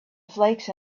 flakes